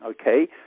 okay